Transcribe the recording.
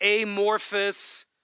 amorphous